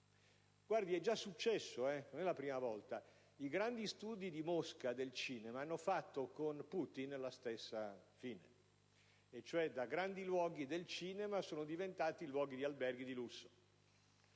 un fatto già successo, non è la prima volta che accade. I grandi studi del cinema di Mosca hanno fatto con Putin la stessa fine, e cioè da grandi luoghi del cinema sono diventati luoghi di alberghi di lusso.